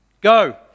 go